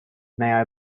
may